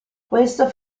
questo